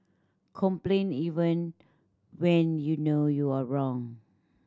complain even when you know you are wrong